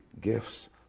gifts